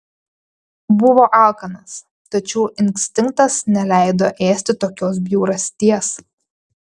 buvo alkanas tačiau instinktas neleido ėsti tokios bjaurasties